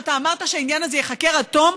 שאמרת שהעניין הזה ייחקר עד תום,